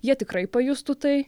jie tikrai pajustų tai